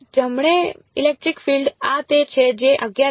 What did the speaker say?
જમણે electric field આ તે છે જે અજ્ઞાત છે